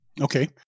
Okay